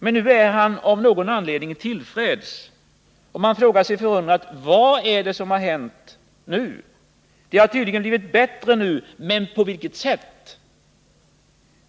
Men nu är han av någon anledning till freds. Och man frågar sig förundrat: Vad är det som nu har hänt? Det har tydligen blivit bättre nu, men på vilket sätt?